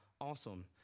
awesome